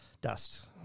dust